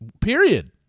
Period